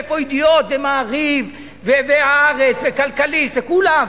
איפה "ידיעות" ו"מעריב" ו"הארץ" ו"כלכליסט" וכולם,